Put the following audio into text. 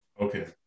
Okay